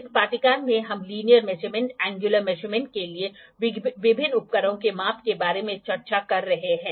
इस पाठ्यक्रम में हम लीनियर मेजरमेंट एंगयुलर मेजरमेंट के लिए विभिन्न उपकरणों के माप के बारे में चर्चा कर रहे हैं